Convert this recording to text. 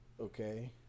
Okay